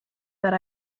that